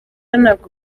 ntabwo